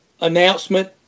announcement